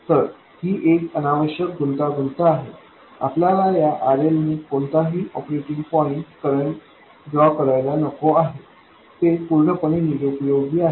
तर ही एक अनावश्यक गुंतागुंत आहे आपल्याला या RL नी कोणताही ऑपरेटिंग पॉईंट करंट ड्रॉ करायला नको आहे ते पूर्णपणे निरुपयोगी आहे